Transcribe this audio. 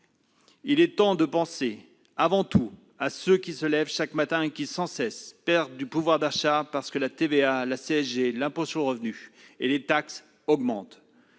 Il est temps de penser avant tout à ceux qui se lèvent chaque matin et qui sans cesse perdent du pouvoir d'achat, parce que la TVA, la CSG, l'impôt sur le revenu ou les taxes augmentent.